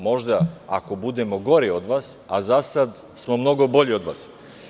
Možda ako budemo gori od vas, a za sada smo mnogo bolji od vas.